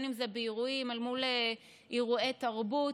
אם זה באירועים אל מול אירועי תרבות.